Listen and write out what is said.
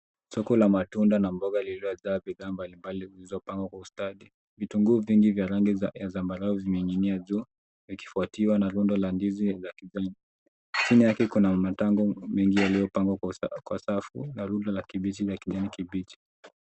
Soko la matunda na mboga lililojaa bidhaa mbalimbali zilizopangwa kwa ustadi. Vitunguu vingi vya rangi ya zambarau zimeninginia juu, ikifuatiwa na rundo la ndizi la kijani. Chini yake kuna matango mingi yaliyopangwa kwa safu na runda la kibichi ya kijani kibichi.